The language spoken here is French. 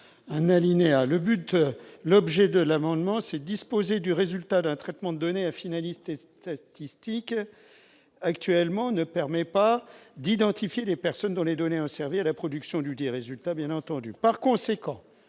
un alinéa, le but, l'objet de l'amendement, c'est disposer du résultat d'un traitement donné à finalistes et statistiques actuellement ne permet pas d'identifier les personnes dont les données ont servi à la production du des résultats, bien entendu, par conséquent,